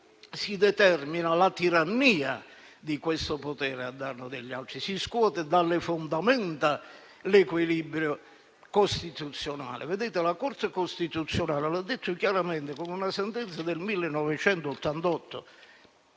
si determina la tirannia di questo potere a danno degli altri e si scuote dalle fondamenta l'equilibrio costituzionale. Vedete, la Corte costituzionale ha detto chiaramente con una sentenza del 1988